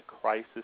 crisis